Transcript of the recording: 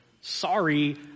sorry